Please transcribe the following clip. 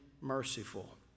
merciful